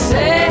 Say